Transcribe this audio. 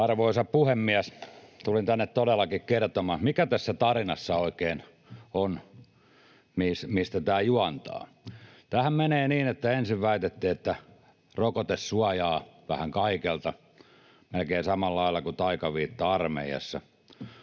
Arvoisa puhemies! Tulin tänne todellakin kertomaan, mikä tässä tarinassa oikein on, mistä tämä juontaa. Tämähän menee niin, että ensin väitettiin, että rokote suojaa vähän kaikelta, melkein samalla lailla kuin taikaviitta armeijassa,